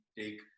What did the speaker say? take